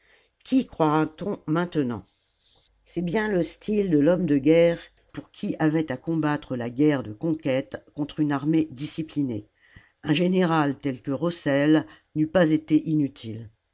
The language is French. qui croira-t-on maintenant c'est bien le style de l'homme de guerre pour qui avait à combattre la guerre de conquête contre une armée disciplinée un général tel que rossel n'eût pas été inutile